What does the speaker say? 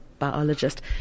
biologist